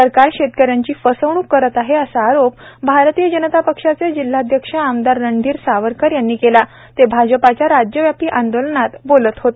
सरकार शेतकऱ्यांची फसवणुक करीत आहे असा आरोप भारतीय जनता पक्षाचे जिल्हाध्यक्ष आमदार रणधीर सावरकर यांनी केला ते भाजपाच्या राज्यव्यापी आंदोलनात बोलत होते